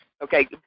Okay